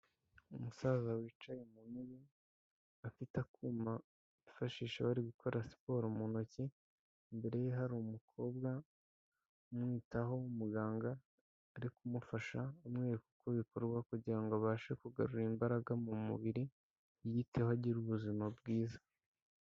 Umusaza wicaye mu ntebe, afite akuma bifashisha bari gukora siporo mu ntoki, imbere ye hari umukobwa umwitaho, muganga ari kumufasha amwereka uko bikorwa kugira ngo abashe kugarura imbaraga mu mubiri yiteho agira ubuzima bwiza.